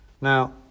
Now